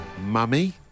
Mummy